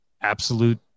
absolute